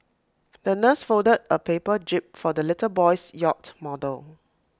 the nurse folded A paper jib for the little boy's yacht model